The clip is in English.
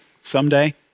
someday